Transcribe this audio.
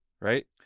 right